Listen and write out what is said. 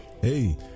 Hey